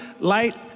light